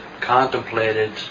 contemplated